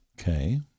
Okay